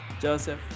Joseph